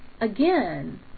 again